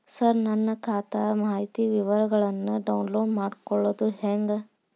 ಸರ ನನ್ನ ಖಾತಾ ಮಾಹಿತಿ ವಿವರಗೊಳ್ನ, ಡೌನ್ಲೋಡ್ ಮಾಡ್ಕೊಳೋದು ಹೆಂಗ?